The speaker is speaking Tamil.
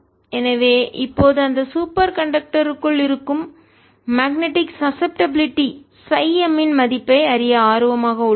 எனவே இப்போது அந்த சூப்பர் கண்டக்டருக்குள் இருக்கும் மேக்னெட்டிக் சசப்டப்பிளிட்டி காந்த உணர்திறன் சை M இன் மதிப்பை அறிய ஆர்வமாக உள்ளோம்